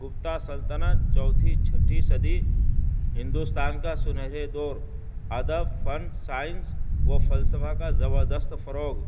گپتہ سلطنت چوتھی چھٹٹیھی صدی ہندوستان کا سنجے دور ادب فن سائنس و فلسفہ کا زبردست فروغ